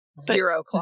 zero